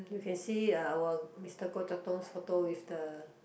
you can see our Mister Goh-Chok-Tong photo with the